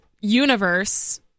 universe